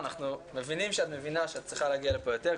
אנחנו מבינים שאת מבינה שאת צריכה להגיע לכאן יותר,